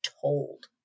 told